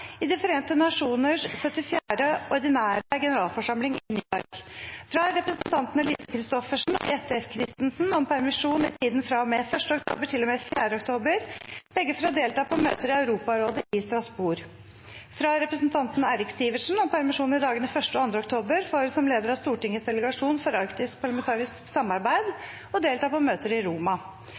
i De forente nasjoners 74. ordinære generalforsamling i New York fra representantene Lise Christoffersen og Jette F. Christensen om permisjon i tiden fra og med 1. oktober til og med 4. oktober – begge for å delta på møter i Europarådet i Strasbourg fra representanten Eirik Sivertsen om permisjon i dagene 1. og 2. oktober for, som leder av Stortingets delegasjon for arktisk parlamentarisk samarbeid, å delta på møter i Roma